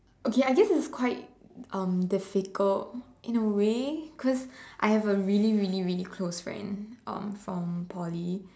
okay I guess it's quite um difficult in a way cause I have a really really close friend um from Poly